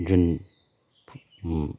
जुन